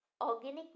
organic